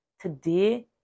Today